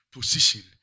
Position